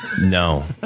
No